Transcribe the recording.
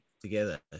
together